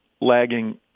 lagging